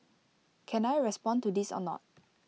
can I respond to this anot